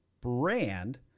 brand